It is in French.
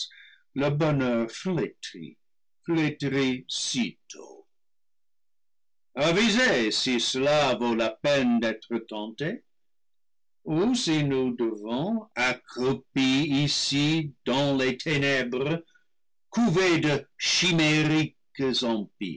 flétri sitôt avisez si cela vaut la peine d'être tenté ou si nous devons accroupis ce ici dans les ténèbres couver de chimériques